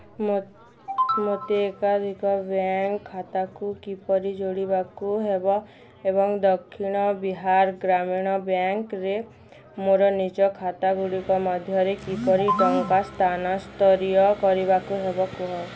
ମୋତେ ଏକାଧିକ ବ୍ୟାଙ୍କ୍ ଖାତାକୁ କିପରି ଯୋଡ଼ିବାକୁ ହେବ ଏବଂ ଦକ୍ଷିଣ ବିହାର ଗ୍ରାମୀଣ ବ୍ୟାଙ୍କ୍ରେ ମୋର ନିଜ ଖାତାଗୁଡ଼ିକ ମଧ୍ୟରେ କିପରି ଟଙ୍କା ସ୍ଥାନାନ୍ତରିତ କରିବାକୁ ହେବ କୁହ